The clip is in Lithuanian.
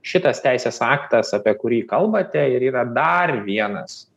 šitas teisės aktas apie kurį kalbate ir yra dar vienas